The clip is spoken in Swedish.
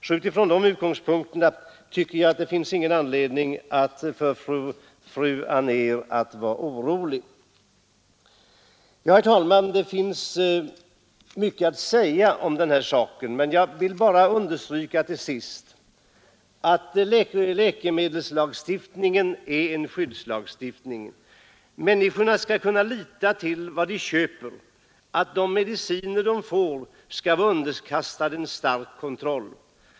Så utifrån de utgångspunkterna finns det ingen anledning för fru Anér att vara orolig. Herr talman! Det finns mycket att säga om denna sak. Jag vill till sist bara understryka att läkemedelslagstiftningen är en skyddslagstiftning. Människor skall kunna lita på att de mediciner de får är underkastade en stark kontroll.